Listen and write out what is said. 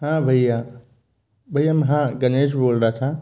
हाँ भैया भैया हाँ गणेश बोल रहा था